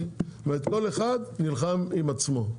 כל אחד נלחם עם עצמו,